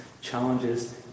challenges